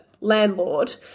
landlord